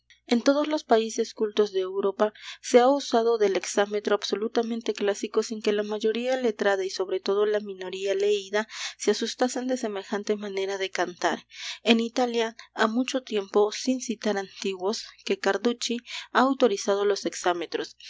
en todos los países cultos de europa se ha usado del exámetro absolutamente clásico sin que la mayoría letrada y sobre todo la minoría leída se asustasen de semejante manera de cantar en italia ha mucho tiempo sin citar antiguos que carducci ha autorizado los exámetros